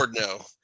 no